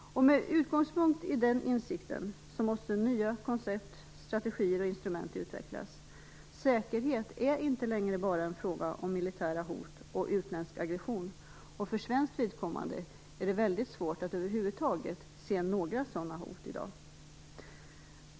Med utgångspunkt i den insikten måste nya koncept, strategier och instrument utvecklas. Säkerhet är inte längre bara en fråga om militära hot och utländsk aggression. För svenskt vidkommande är det mycket svårt att över huvud taget se några sådana hot i dag.